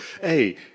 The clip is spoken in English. Hey